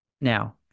Now